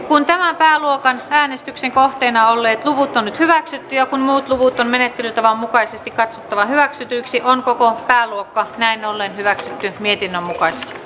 kun tämä än luokan äänestyksen kohteena olleet luvut on esillä ja kun muuttovoiton menettelytavan mukaisesti katsottava hyväksytyksi on koko pääluokka näin ollen hyväksyttyä mihin ovat